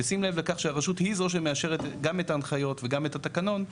בשים לב שרשות היא זאת שמאשרת גם את ההנחיות וגם את התקנון,